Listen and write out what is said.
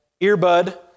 earbud